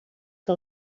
que